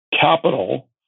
capital